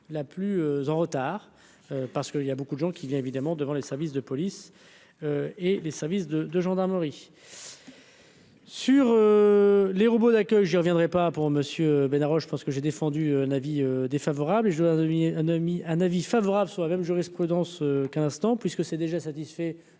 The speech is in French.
la plus en retard parce qu'il y a beaucoup de gens qui vient évidemment devant les services de police et les services de gendarmerie. Sur les robots d'accueil, j'y reviendrai pas pour monsieur ben arrogent parce que j'ai défendu un avis défavorable je dois donner un ami, un avis favorable sur la même jurisprudence qu'un instant puisque c'est déjà satisfait,